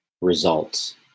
results